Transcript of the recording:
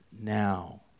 now